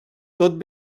tot